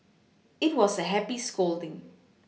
it was a happy scolding